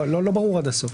לא ברור עד הסוף.